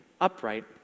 upright